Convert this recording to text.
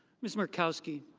miss markowski.